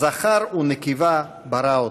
זכר ונקבה ברא אֹתם".